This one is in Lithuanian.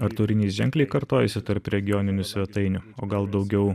ar turinys ženkliai kartojasi tarp regioninių svetainių o gal daugiau